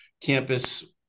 campus